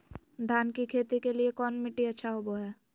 धान की खेती के लिए कौन मिट्टी अच्छा होबो है?